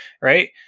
right